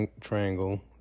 triangle